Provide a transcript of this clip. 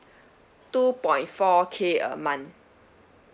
two point four K a month